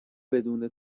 بدون